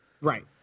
Right